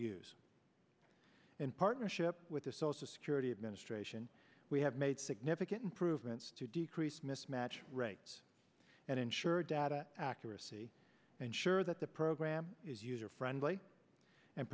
use in partnership with the social security administration we have made significant improvements to decrease mismatch rates and ensure data accuracy and sure that the program is user friendly and